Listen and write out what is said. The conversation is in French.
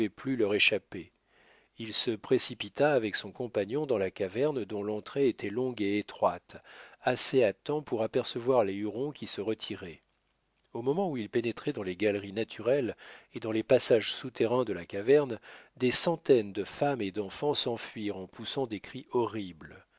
plus leur échapper il se précipita avec son compagnon dans la caverne dont l'entrée était longue et étroite assez à temps pour apercevoir les hurons qui se retiraient au moment où ils pénétraient dans les galeries naturelles et dans les passages souterrains de la caverne des centaines de femmes et d'enfants s'enfuirent en poussant des cris horribles